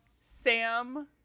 Sam